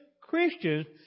Christians